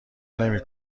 نمی